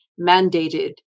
mandated